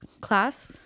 class